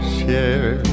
share